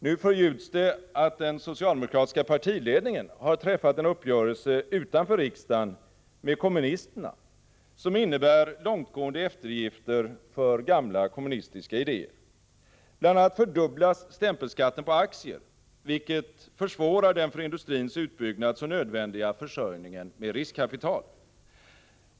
Nu förljuds det att den socialdemokratiska partiledningen har träffat en uppgörelse utanför riksdagen med kommunis — Nr 167 terna, som innebär långtgående eftergifter för gamla kommunistiska idéer. Tisdagen den Bl. a. kommer stämpelskatten på aktier att fördubblas, vilket försvårar den 11 AS 1985 för industrins utbyggnad så nödvändiga försörjningen med riskkapital.